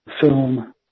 film